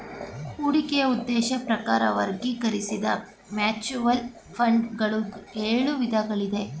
ಹೂಡಿಕೆಯ ಉದ್ದೇಶದ ಪ್ರಕಾರ ವರ್ಗೀಕರಿಸಿದ್ದ ಮ್ಯೂಚುವಲ್ ಫಂಡ್ ಗಳು ಎಳು ವಿಧಗಳು ಇದೆ